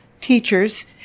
teachers